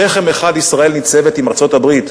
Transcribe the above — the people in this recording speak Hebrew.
שכם אחד ישראל ניצבת עם ארצות-הברית.